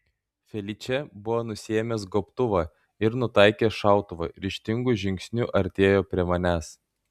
feličė buvo nusiėmęs gobtuvą ir nutaikęs šautuvą ryžtingu žingsniu artėjo prie manęs